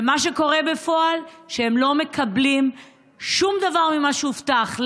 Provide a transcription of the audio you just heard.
מה שקורה בפועל, הם לא מקבלים שום דבר ממה שהובטח.